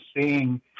seeing